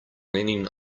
leaning